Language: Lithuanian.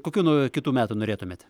kokių naujų kitų metų norėtumėt